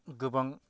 गोबां